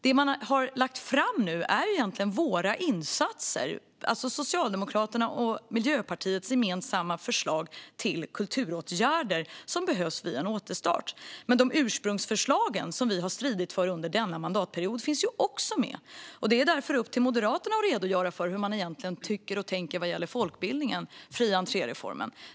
Det man nu har lagt fram är egentligen våra insatser, Socialdemokraternas och Miljöpartiets gemensamma förslag till kulturåtgärder som behövs vid en återstart. De ursprungsförslag som vi har stridit för under denna mandatperiod finns också med. Det är därför upp till Moderaterna att redogöra för hur man egentligen tycker och tänker vad gäller folkbildningen och reformen med fri entré.